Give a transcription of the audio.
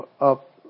up